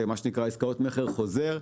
מה שנקרא עסקאות מכר חוזר,